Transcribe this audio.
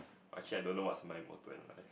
actually I don't know what's my motto in life